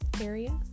area